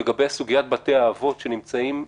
לגבי סוגיית בתי האבות שנמצאים בגזרתכם.